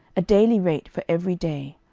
a daily rate for every day,